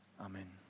Amen